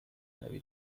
نمی